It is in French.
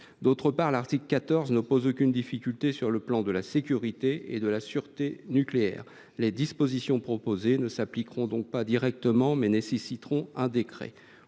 D’autre part, l’article 14 ne pose aucune difficulté sur le plan de la sécurité et de la sûreté nucléaires. Les dispositions proposées ne s’appliqueront pas directement, mais nécessiteront un décret.